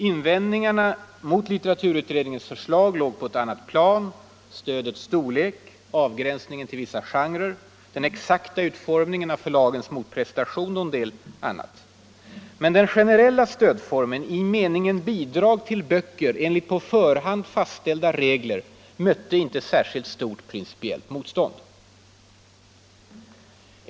Invändningarna mot litteraturutredningens förslag låg på ett annat plan: stödets storlek, avgränsningen till vissa genrer, den exakta utformningen av förlagens motprestation och en del annat. Men den generella stödformen i meningen bidrag till böcker enligt på förhand fastställda regler mötte inte särskilt stort principiellt motstånd.